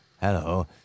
Hello